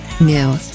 New